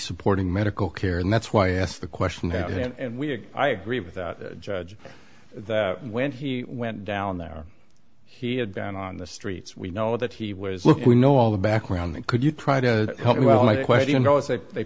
supporting medical care and that's why i asked the question now and we i agree with that judge that when he went down there he had been on the streets we know that he was look we know all the background and could you try to help me well my